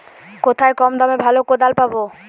কোথায় কম দামে ভালো কোদাল পাব?